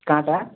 କାଣାଟା